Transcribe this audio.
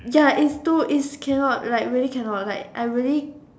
ya it's too it's cannot like really cannot like I really